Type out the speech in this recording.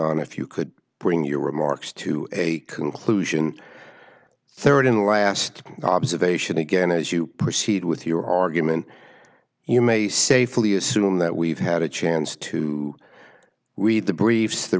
on if you could bring your remarks to a conclusion rd in last observation again as you proceed with your argument you may safely assume that we've had a chance to read the briefs the